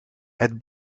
het